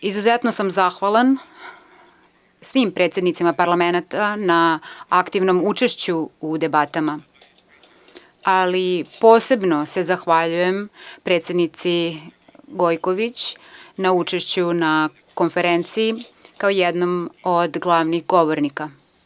Izuzetno sam zahvalan svim predsednicima parlamenata na aktivnom učešću u debatama, ali posebno se zahvaljujem predsednici Gojković na učešću na konferenciji, kao jednom od glavnih govornika.